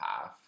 half